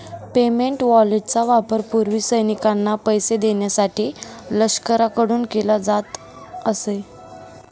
payment वॉरंटचा वापर पूर्वी सैनिकांना पैसे देण्यासाठी लष्कराकडून केला जात असे